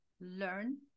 learn